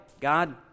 God